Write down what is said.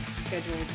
scheduled